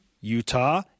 Utah